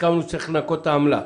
הסכמנו שצריך לנכות את העמלה.